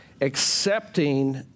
accepting